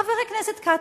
חבר הכנסת כץ,